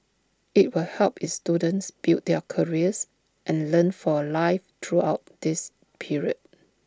IT will help its students build their careers and learn for life throughout this period